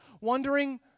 wondering